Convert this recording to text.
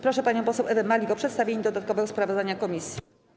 Proszę panią poseł Ewę Malik o przedstawienie dodatkowego sprawozdania komisji.